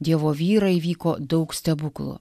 dievo vyrai įvyko daug stebuklų